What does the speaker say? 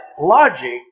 logic